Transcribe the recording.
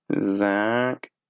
Zach